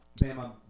Bam